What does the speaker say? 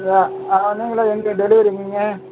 வந்து டெலிவரி கொடுக்கணுங்க